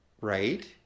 Right